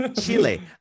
Chile